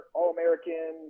All-American